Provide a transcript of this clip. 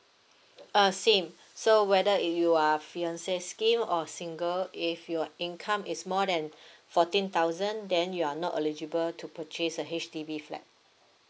uh same so whether if you are fiancé scheme or single if your income is more than fourteen thousand then you are not eligible to purchase a H_D_B flat